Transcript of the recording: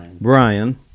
Brian